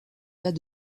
cas